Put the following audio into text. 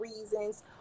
reasons